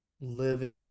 living